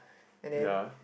and then